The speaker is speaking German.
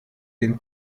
dem